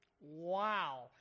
Wow